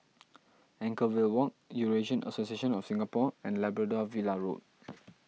Anchorvale Walk Eurasian Association of Singapore and Labrador Villa Road